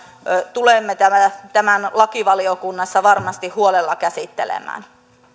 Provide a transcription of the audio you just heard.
tulemme tämän lakivaliokunnassa varmasti huolella käsittelemään